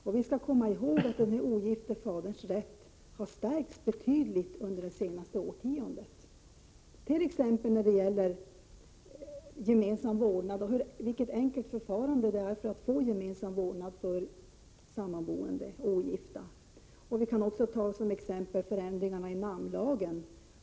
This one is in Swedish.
Vi skall också komma ihåg att den ogifta faderns rättigheter har stärkts betydligt under det senaste årtiondet, t.ex. när det gäller det enkla förfarandet när sammanboende önskar få gemensam vårdnad och när det gäller förändringarna i namnlagen.